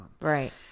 Right